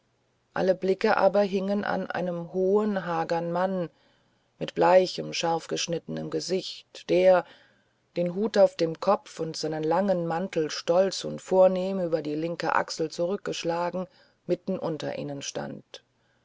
alle blicke aber hingen an einem hohen hagern manne mit bleichem scharfgeschnittenem gesicht der den hut auf dem kopf und seinen langen mantel stolz und vornehm über die linke achsel zurückgeschlagen mitten unter ihnen stand